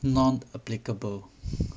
not applicable